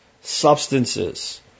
substances